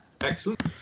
Excellent